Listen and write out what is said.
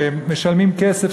ומשלמים כסף,